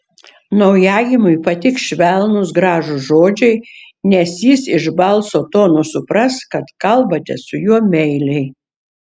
naujagimiui patiks švelnūs gražūs žodžiai nes jis iš balso tono supras kad kalbate su juo meiliai